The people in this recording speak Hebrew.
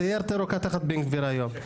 והסיירת הירוקה הן תחת בן גביר היום.